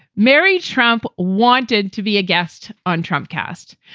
mary trump wanted to be a guest on trump cast,